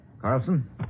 Carlson